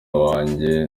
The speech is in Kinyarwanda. wajye